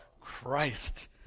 Christ